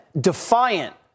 defiant